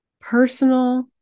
personal